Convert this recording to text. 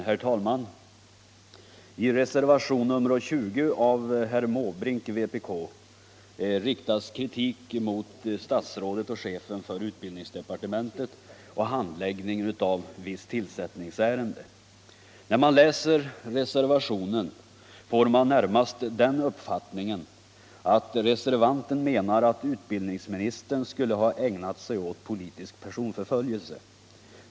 Herr talman! I reservation nr 20 av herr Måbrink riktas kritik mot statsrådet och chefen för utbildningsdepartementet för handläggningen av visst tillsättningsärende. När man läser reservationen får man närmast den uppfattningen att reservanten menar att utbildningsministern skulle ha ägnat sig åt politisk personförföljelse.